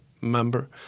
member